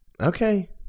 Okay